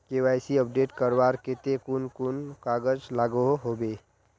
KYC update करवार केते कुन कुन कागज लागोहो होबे?